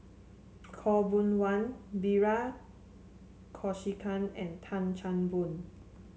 Khaw Boon Wan Bilahari Kausikan and Tan Chan Boon